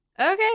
Okay